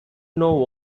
know